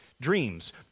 dreams